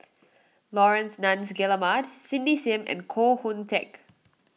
Laurence Nunns Guillemard Cindy Sim and Koh Hoon Teck